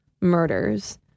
murders